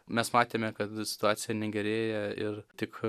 mes matėme kad situacija negerėja ir tik